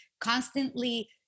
constantly